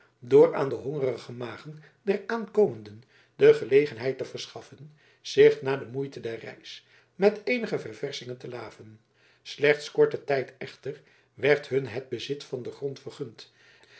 door aan de hongerige magen der aankomenden de gelegenheid te verschaffen zich na de moeite der reis met eenige ververschingen te laven slechts korten tijd echter werd hun het bezit van den grond vergund